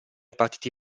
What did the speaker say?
partiti